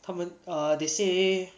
他们 err they say